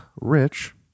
Rich